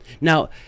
now